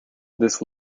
this